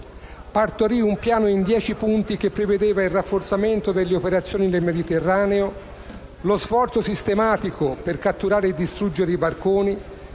partorì un piano in dieci punti che prevedeva il rafforzamento delle operazioni nel Mediterraneo, lo sforzo sistematico per catturare e distruggere i barconi,